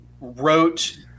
wrote